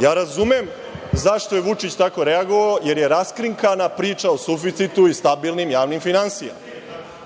razumem zašto je Vučić tako reagovao, jer je raskrinkana priča o suficitu i stabilnim javnim finansijama.